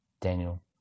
Daniel